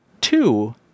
two